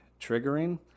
triggering